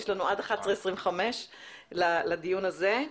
יש לנו עד 11:25 לדיון הזה.